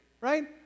right